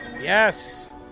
Yes